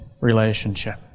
relationship